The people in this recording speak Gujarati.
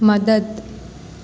મદદ